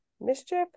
Mischief